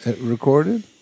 recorded